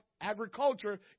agriculture